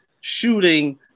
shooting